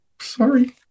sorry